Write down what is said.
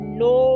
no